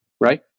right